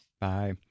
Bye